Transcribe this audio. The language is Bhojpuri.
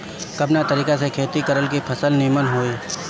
कवना तरीका से खेती करल की फसल नीमन होई?